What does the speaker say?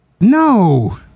No